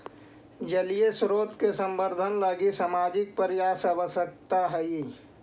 जलीय स्रोत के संवर्धन लगी सामाजिक प्रयास आवश्कता हई